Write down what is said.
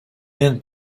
мен